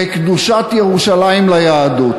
בקדושת ירושלים ליהדות.